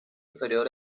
interior